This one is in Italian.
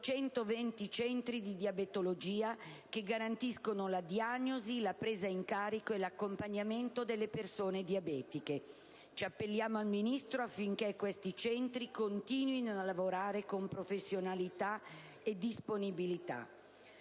120 centri di diabetologia, che garantiscono la diagnosi, la presa in carico e l'accompagnamento delle persone diabetiche: ci appelliamo al Ministro affinché possano continuare a lavorare con professionalità e disponibilità.